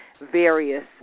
various